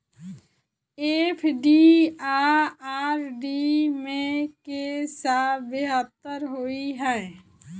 FD आ RD मे केँ सा बेहतर होइ है?